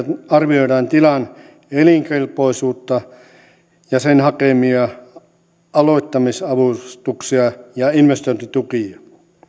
arvioidaan tilan elinkelpoisuutta ja sen hakemia aloittamisavustuksia ja investointitukia